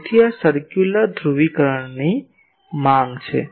તેથી આ સર્કુલર ધ્રુવીકરણની માંગ છે